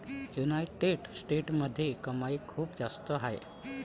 United स्टेट्समध्ये कमाई खूप जास्त आहे